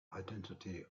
identity